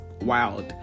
wild